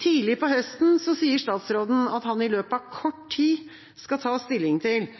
Tidlig på høsten sier statsråden at han i løpet av kort tid skal ta stilling til